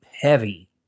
heavy